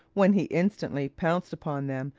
when he instantly pounced upon them,